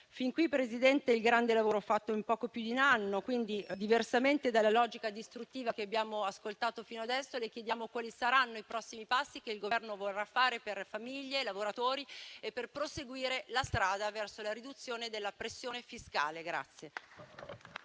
Fin qui, signor Presidente, è il grande lavoro fatto in poco più di un anno. Quindi, diversamente dalla logica distruttiva che abbiamo ascoltato fino ad ora, le chiediamo quali saranno i prossimi passi che il Governo vorrà fare per famiglie e lavoratori, e per proseguire la strada verso la riduzione della pressione fiscale.